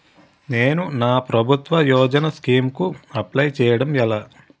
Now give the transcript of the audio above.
నేను నా ప్రభుత్వ యోజన స్కీం కు అప్లై చేయడం ఎలా?